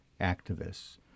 activists